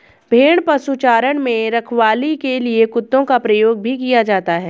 भेड़ पशुचारण में रखवाली के लिए कुत्तों का प्रयोग भी किया जाता है